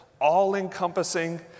all-encompassing